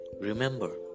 Remember